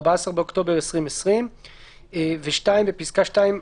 14 באוקטובר 2020. 2. בפסקה 2,